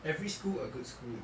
every school a good school